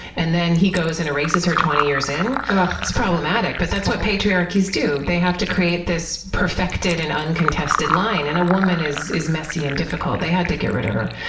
and then he goes and erases her twenty years in? it's problematic, but that's what patriarchies do. they have to create this perfected and uncontested line and a woman is is messy and difficult. they had to get rid of her.